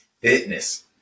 Fitness